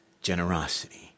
generosity